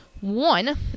One